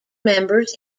members